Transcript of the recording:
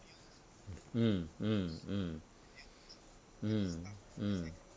mm mm mm mm mm